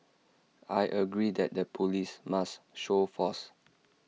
I agree that the Police must show force